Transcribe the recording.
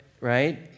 right